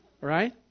right